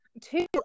two